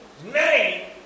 name